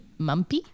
mumpy